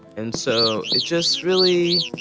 and so it just really,